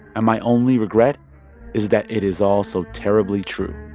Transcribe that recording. and my only regret is that it is all so terribly true